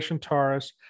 Taurus